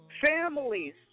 families